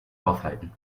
aushalten